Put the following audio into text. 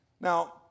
Now